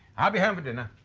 i'll be home for dinner